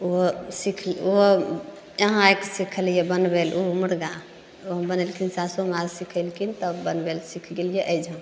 ओहो सीखि ओहो यहाँ आके सिखलिए बनबैले ओहो मुरगा ओ बनेलखिन सासुमाँ सिखेलखिन तब बनबैले सीखि गेलिए एहिजाँ